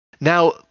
now